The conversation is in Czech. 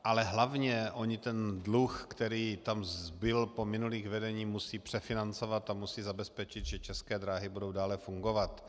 Ale hlavně oni ten dluh, který tam zbyl po minulých vedeních, musí přefinancovat a musí zabezpečit, že České dráhy budou dále fungovat.